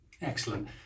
Excellent